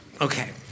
Okay